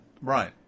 Right